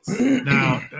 Now